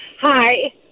Hi